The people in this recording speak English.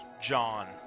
John